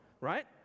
right